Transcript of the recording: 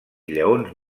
lleons